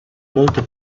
molto